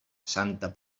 santa